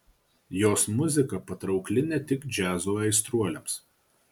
jos muzika patraukli ne tik džiazo aistruoliams